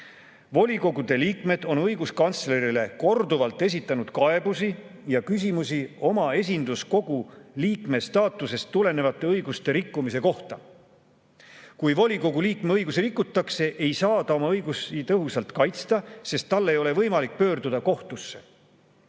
"Volikogude liikmed on õiguskantslerile korduvalt esitanud kaebusi ja küsimusi oma esinduskogu liikme staatusest tulenevate õiguste rikkumise kohta. Kui volikogu liikme õigusi rikutakse, ei saa ta oma õigusi tõhusalt kaitsta, sest tal ei ole võimalik pöörduda kohtusse.